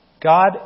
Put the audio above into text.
God